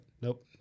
Nope